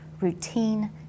routine